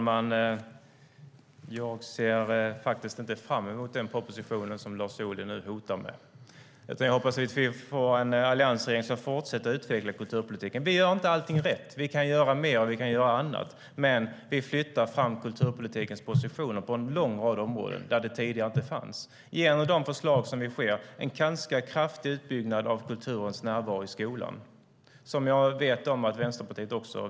Herr talman! Jag ser inte fram emot den proposition som Lars Ohly nu hotar med, utan jag hoppas att vi får en alliansregering som fortsätter att utveckla kulturpolitiken. Vi gör inte allting rätt. Vi kan göra mer, och vi kan göra annat. Men vi flyttar fram kulturpolitikens positioner på en lång rad områden där detta tidigare inte fanns. I ett av de förslag som vi nu har sker en ganska kraftig utbyggnad av kulturens närvaro i skolan, som jag vet att också Vänsterpartiet välkomnar.